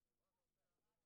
פותחת את ישיבת הוועדה